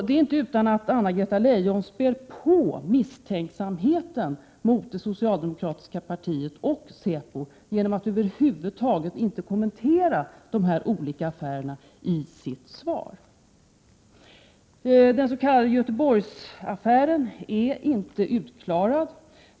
Det är inte utan att Anna-Greta Leijon spär på misstänksamheten mot det socialdemokratiska partiet och säpo genom att i sitt svar över huvud taget inte kommentera de olika affärerna. Den s.k. Göteborgsaffären är inte utklarad.